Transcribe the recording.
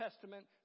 Testament